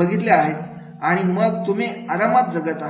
करीत आहात आणि मग तुम्ही आरामात जगत आहात